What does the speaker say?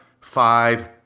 five